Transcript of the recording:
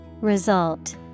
Result